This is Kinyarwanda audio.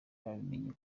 babimenye